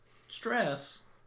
Stress